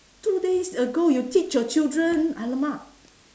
two days ago you teach your children !alamak!